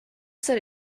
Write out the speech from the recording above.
said